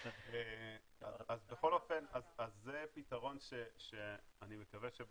בכל אופן זה פתרון שאני מקווה,